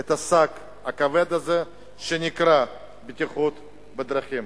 את השק הכבד הזה שנקרא בטיחות בדרכים.